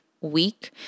week